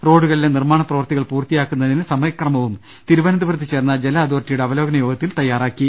റോഡുകളിലെ നിർമ്മാണ പ്രവൃത്തികൾ പൂർത്തിയാക്കുന്നതിന് സമയക്ര മവും തിരുവനന്തപുരത്ത് ചേർന്ന ജല അതോറിറ്റിയുടെ അവലോകന യോഗത്തിൽ തയ്യാറാക്കി